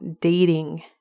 dating